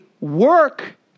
work